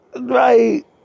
Right